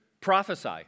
prophesy